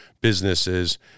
businesses